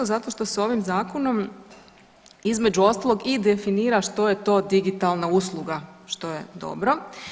Zato što se ovim zakonom između ostalog i definira što je to digitalna usluga što je dobro.